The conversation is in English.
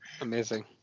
Amazing